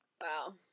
Wow